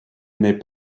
n’est